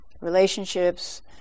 relationships